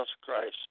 Christ